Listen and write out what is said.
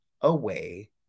away